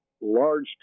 large